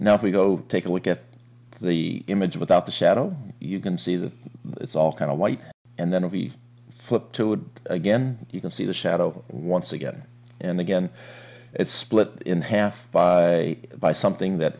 if we go take a look at the image without the shadow you can see that it's all kind of white and then we flip to again you can see the shadow once again and again it's split in half by by something that